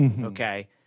Okay